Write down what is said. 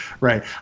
right